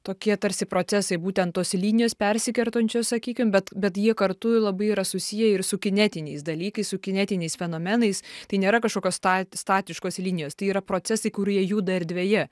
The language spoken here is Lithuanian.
tokie tarsi procesai būtent tos linijos persikertančios sakykim bet bet jie kartu labai yra susiję ir su kinetiniais dalykais su kinetiniais fenomenais tai nėra kažkokios sta statiškos linijos tai yra procesai kurie juda erdvėje